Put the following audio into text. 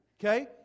Okay